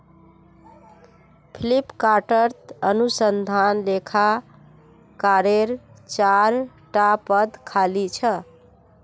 फ्लिपकार्टत अनुसंधान लेखाकारेर चार टा पद खाली छ